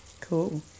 Cool